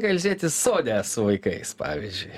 ilsėtis sode su vaikais pavyzdžiui